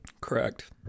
Correct